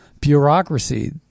bureaucracy